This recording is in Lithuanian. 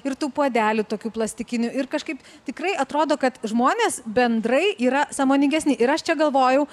ir tų puodelių tokių plastikinių ir kažkaip tikrai atrodo kad žmonės bendrai yra sąmoningesni ir aš čia galvojau